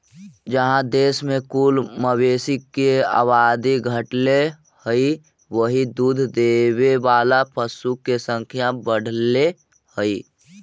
जहाँ देश में कुल मवेशी के आबादी घटले हइ, वहीं दूध देवे वाला पशु के संख्या बढ़ले हइ